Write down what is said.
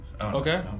Okay